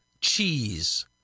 cheese